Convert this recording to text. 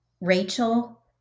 Rachel